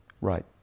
Right